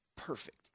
Perfect